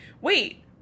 wait